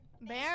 Bear